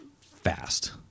fast